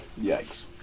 Yikes